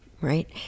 Right